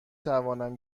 توانم